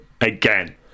again